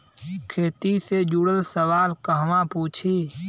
खेती से जुड़ल सवाल कहवा पूछी?